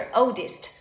oldest